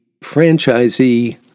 franchisee